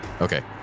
Okay